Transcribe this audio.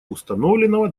установленного